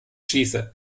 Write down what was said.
schieße